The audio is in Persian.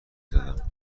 زدم